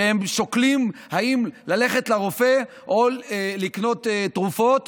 ששוקלים אם ללכת לרופא או לקנות תרופות